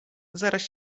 zaraz